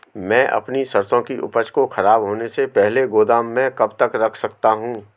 मैं अपनी सरसों की उपज को खराब होने से पहले गोदाम में कब तक रख सकता हूँ?